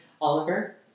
Oliver